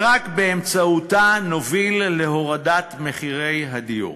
רק באמצעותה נוביל להורדת מחירי הדיור.